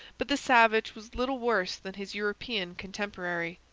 but the savage was little worse than his european contemporary.